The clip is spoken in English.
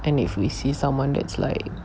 and if we see someone that's like